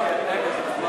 הצעת חוק